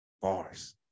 Bars